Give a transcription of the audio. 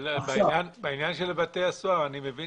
אבל בעניין בתי הסוהר אני מבין